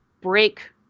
break